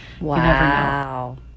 wow